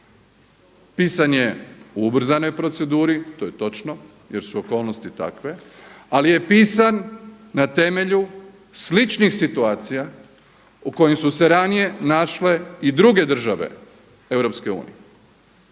Pisan je u ubrzanoj proceduri, to je točno jer su okolnosti takve, ali je pisan na temelju sličnih situacija u kojim su se ranije našle i druge države EU.